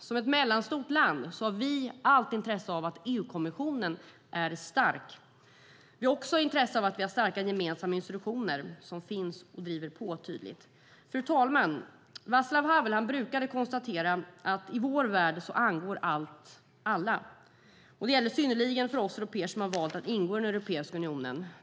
Som ett mellanstort land har vi allt intresse av att EU-kommissionen är stark. Vi har också intresse av starka gemensamma institutioner som driver på tydligt. Fru talman! Vaclav Havel brukade konstatera att i vår värld angår allt alla, och det gäller synnerligen oss européer som har valt att ingå i Europeiska unionen.